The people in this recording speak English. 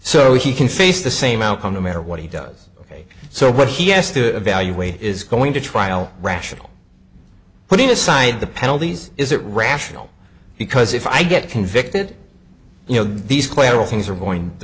he can face the same outcome no matter what he does ok so what he has to evaluate is going to trial rational putting aside the penalties is it rational because if i get convicted you know these clara things are going to